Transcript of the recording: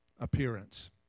appearance